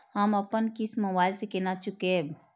हम अपन किस्त मोबाइल से केना चूकेब?